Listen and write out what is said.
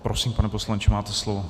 Prosím, pane poslanče, máte slovo.